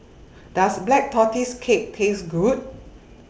Does Black Tortoise Cake Taste Good